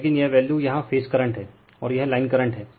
लेकिन यह वैल्यू यहाँ फेज करंट है और यह लाइन करंट है